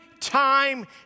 time